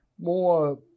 More